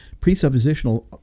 presuppositional